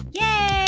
Yay